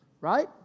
right